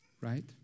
right